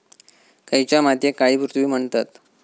खयच्या मातीयेक काळी पृथ्वी म्हणतत?